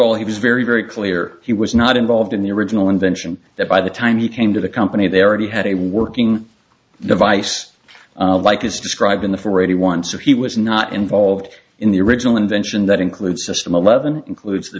all he was very very clear he was not involved in the original invention that by the time he came to the company they already had a working device like is described in the four eighty one so he was not involved in the original invention that includes system eleven includes the